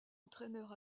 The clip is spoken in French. entraîneur